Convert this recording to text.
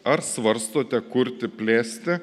ar svarstote kurti plėsti